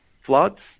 floods